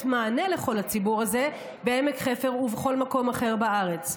מענה לכל הציבור הזה בעמק חפר ובכל מקום אחר בארץ.